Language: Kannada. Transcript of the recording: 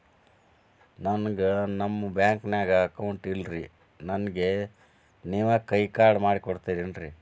ನನ್ಗ ನಮ್ ಬ್ಯಾಂಕಿನ್ಯಾಗ ಅಕೌಂಟ್ ಇಲ್ರಿ, ನನ್ಗೆ ನೇವ್ ಕೈಯ ಕಾರ್ಡ್ ಕೊಡ್ತಿರೇನ್ರಿ?